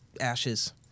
ashes